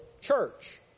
church